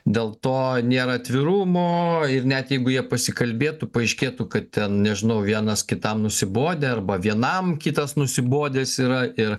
dėl to nėra atvirumo ir net jeigu jie pasikalbėtų paaiškėtų kad ten nežinau vienas kitam nusibodę arba vienam kitas nusibodęs yra ir